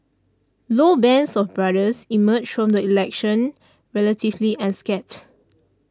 low's band of brothers emerged from the election relatively unscathed